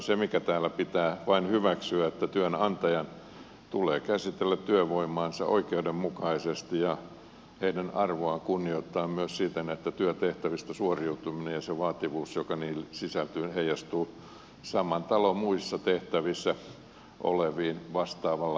se mikä täällä pitää vain hyväksyä on että työnantajan tulee käsitellä työvoimaansa oikeudenmukaisesti ja sen arvoa kunnioittaen myös siten että työtehtävistä suoriutuminen ja se vaativuus joka niihin sisältyy heijastuu saman talon muissa tehtävissä oleviin vastaavalla oikeudenmukaisella tavalla